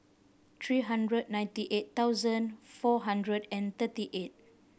three hundred ninety eight thousand four hundred and thirty eight